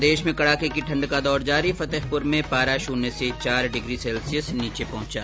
प्रदेश में कड़ाके की ठण्ड का दौर जारी फतेहपुर में पारा शून्य से साढै चार डिग्री सैल्सियस नीचे पहुंचा